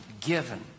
Given